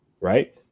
right